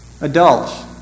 Adults